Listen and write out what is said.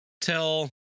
tell